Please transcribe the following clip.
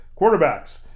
Quarterbacks